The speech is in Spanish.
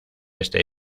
este